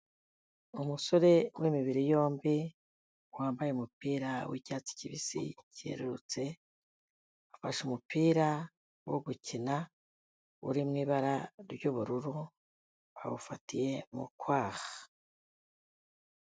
Umusore w'imibiri yombi wambaye umupira w'icyatsi kibisi cyerurutse, afashe umupira wo gukina uri mu ibara ry'ubururu awufatiye mu kwaha.